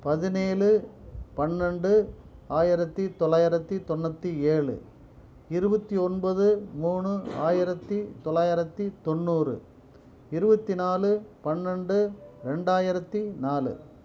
பதினேழு பன்னெண்டு ஆயிரத்து தொள்ளாயிரத்து தொண்ணூற்றி ஏழு இருபத்தி ஒன்பது மூணு ஆயிரத்து தொள்ளாயிரத்து தொண்ணூறு இருபத்தி நாலு பன்னெண்டு ரெண்டாயிரத்து நாலு